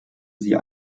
sie